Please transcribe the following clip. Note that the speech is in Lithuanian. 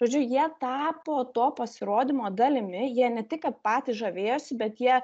žodžiu jie tapo to pasirodymo dalimi jie ne tik kad patys žavėjosi bet jie